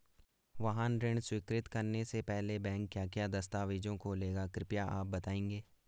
वाहन ऋण स्वीकृति करने से पहले बैंक क्या क्या दस्तावेज़ों को लेगा कृपया आप बताएँगे?